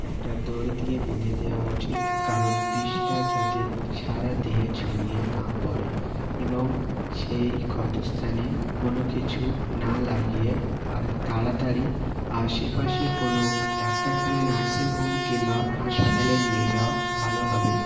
একটা দড়ি দিয়ে বেঁধে দেওয়া উচিত কারণ বিষটা যাতে সারা দেহে ছড়িয়ে না পড়ে এবং সেই ক্ষতস্থানে কোনো কিছু না লাগিয়ে আর তাড়াতাড়ি আশেপাশে কোনো ডাক্তারখানা নার্সিংহোম কিংবা হাসপাতালে নিয়ে যাওয়া ভালো হবে